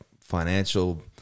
financial